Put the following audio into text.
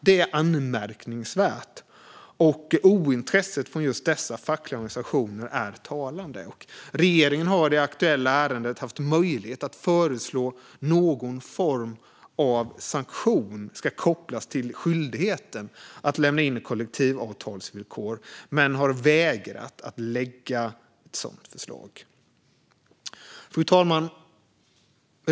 Det är anmärkningsvärt, och ointresset från just dessa fackliga organisationer är talande. Regeringen har i det aktuella ärendet haft möjlighet att föreslå att någon form av sanktion ska kopplas till skyldigheten att lämna in kollektivavtalsvillkor men har vägrat att lägga fram ett sådant förslag. Fru talman!